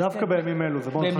דווקא בימים אלה זה מאוד חשוב.